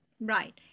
Right